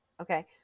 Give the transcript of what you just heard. Okay